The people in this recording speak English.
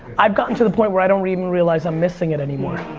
i've gotten to the point where i don't even realize i'm missing it anymore.